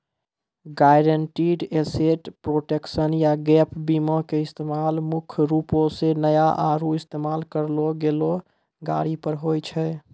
guaranteed asset protection या gap बीमा के इस्तेमाल मुख्य रूपो से नया आरु इस्तेमाल करलो गेलो गाड़ी पर होय छै